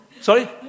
sorry